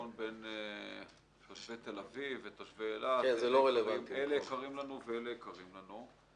בין תושבי תל-אביב ותושבי אילת אלה יקרים לנו ואלה יקרים לנו.